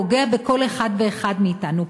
פוגע בכל אחד ואחד מאתנו,